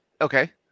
Okay